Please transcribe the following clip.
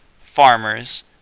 farmers